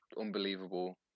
unbelievable